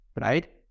right